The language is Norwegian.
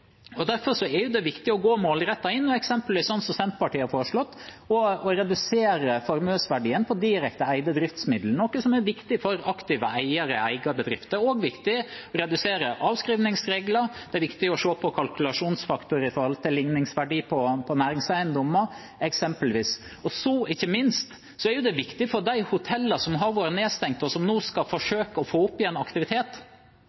eksempelvis, sånn som Senterpartiet har foreslått, å redusere formuesverdien på direkte eide driftsmidler, noe som er viktig for aktive eiere i egen bedrift. Det er også viktig å redusere avskrivningsregler, og det er viktig å se på kalkulasjonsfaktor i forhold til ligningsverdi på næringseiendommer – eksempelvis. Så er det ikke minst viktig for de hotellene som har vært nedstengt, og som nå skal